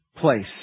place